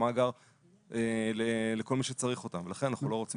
במאגר לכל מי שצריך אותם ולכן אנחנו לא רוצים להרחיב.